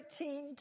13